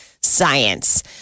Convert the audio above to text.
science